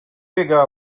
pegá